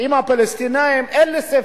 עם הפלסטינים, אין לי ספק,